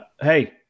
Hey